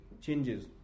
changes